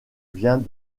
vient